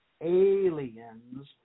aliens